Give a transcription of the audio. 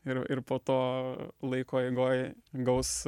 ir ir po to laiko eigoj gaus